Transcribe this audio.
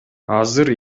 азыр